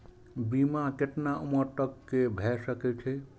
बीमा केतना उम्र तक के भे सके छै?